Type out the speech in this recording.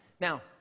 Now